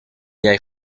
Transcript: jij